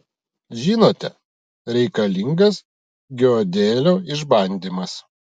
žinote reikalingas giodelio išbandymas